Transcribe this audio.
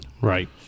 Right